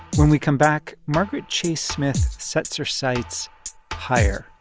when we come back, margaret chase smith sets her sights higher